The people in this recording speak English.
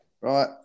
right